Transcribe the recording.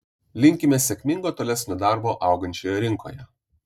linkime sėkmingo tolesnio darbo augančioje rinkoje